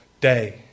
day